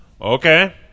Okay